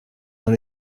dans